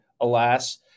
alas